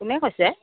কোনে কৈছে